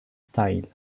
style